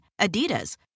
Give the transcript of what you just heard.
Adidas